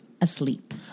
asleep